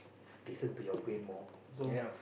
listen to your brain more so